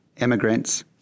immigrants